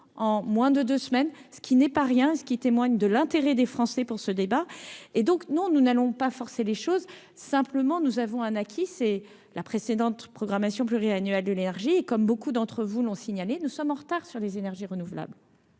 en moins de 2 semaines, ce qui n'est pas rien, ce qui témoigne de l'intérêt des Français pour ce débat, et donc non, nous n'allons pas forcer les choses simplement, nous avons un acquis, c'est la précédente programmation pluriannuelle de l'énergie, comme beaucoup d'entre vous l'ont signalé, nous sommes en retard sur les énergies renouvelables,